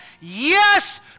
yes